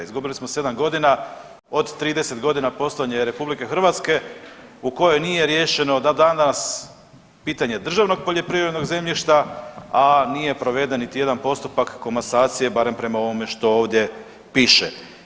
Izgubili smo sedam godina, od 30 godina postojanja RH u kojoj nije riješeno dan danas pitanje državnog poljoprivrednog zemljišta, a nije proveden niti jedan postupak komasacije barem prema ovome što ovdje piše.